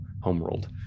homeworld